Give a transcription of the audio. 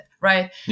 right